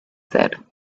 said